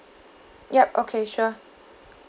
ya okay sure